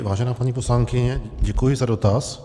Vážená paní poslankyně, děkuji za dotaz.